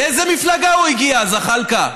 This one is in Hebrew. מאיזו מפלגה הוא הגיע, זחאלקה?